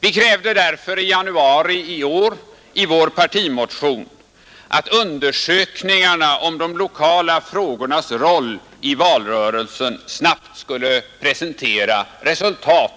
Vi krävde därför i januari detta år i vår partimotion, att undersökningarna om de lokala frågornas roll i valrörelsen snabbt skulle presentera resultat.